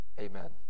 Amen